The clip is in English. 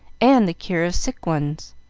and the cure of sick ones.